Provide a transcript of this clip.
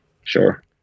Sure